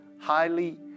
highly